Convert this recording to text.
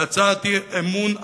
להצעת אמון אחת,